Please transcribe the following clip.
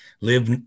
live